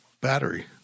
battery